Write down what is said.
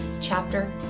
chapter